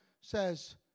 says